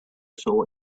saw